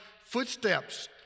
footsteps